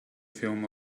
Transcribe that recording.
film